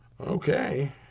Okay